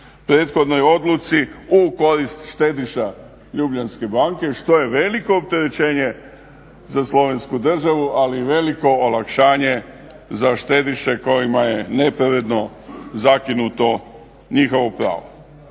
prethodnoj odluci u korist štediša Ljubljanske banke, što je veliko opterećenje za slovensku državu, ali veliko olakšanje za štediše kojima je nepravedno zakinuto njihovo pravo.